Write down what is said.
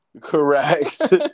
Correct